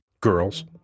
Girls